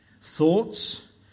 thoughts